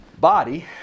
body